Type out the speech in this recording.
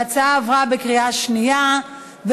ההצעה עברה בקריאה שנייה.